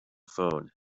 phone